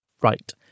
Right